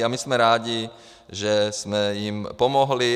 A my jsme rádi, že jsme jim pomohli.